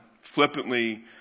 flippantly